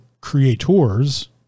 creators